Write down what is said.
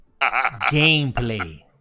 Gameplay